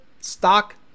stock